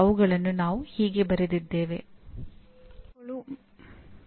ಅದಕ್ಕೆ ಯಾವುದೇ ಮಿತಿಯಿಲ್ಲ